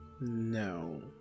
No